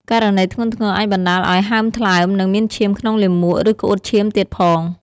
ករណីធ្ងន់ធ្ងរអាចបណ្តាលឱ្យ ហើមថ្លើម និង មានឈាមក្នុងលាមក ឬក្អួតឈាមទៀតផង។